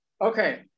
Okay